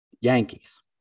Yankees